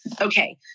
Okay